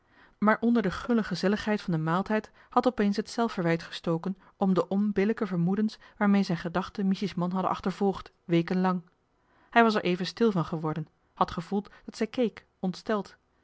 maar onder de gulle gezelligheid van den maaltijd had opeens het zelfverwijt gestoken om de onbillijke vermoedens waarmee zijn gedachten miesje's man hadden achtervolgd weken lang hij was er even stil van geworden had gevoeld dat zij keek